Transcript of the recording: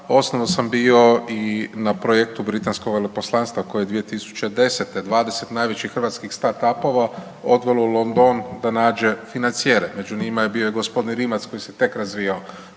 osobno sam bio i na projektu britanskog veleposlanstva koje 2010. 20 najvećih hrvatskih startup-ova odvelo u London da nađe financijere, među njima je bio i gospodin Rimac koji se tek razvijao,